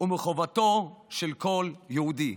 ומחובתו של כל יהודי.